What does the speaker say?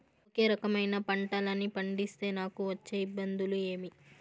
ఒకే రకమైన పంటలని పండిస్తే నాకు వచ్చే ఇబ్బందులు ఏమి?